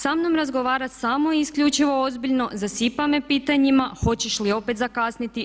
Sa mnom razgovara samo isključivo ozbiljno, zasipa me pitanjima: Hoćeš li opet zakasniti?